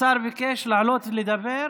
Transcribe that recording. השר ביקש לעלות לדבר,